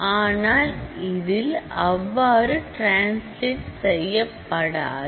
ஆனால் இதில் அவ்வாறு டிரான்ஸ்லேட் செய்யப்படாது